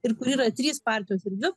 ir kur yra trys partijos ir dvi